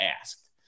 asked